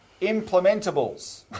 implementables